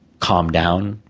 calm down,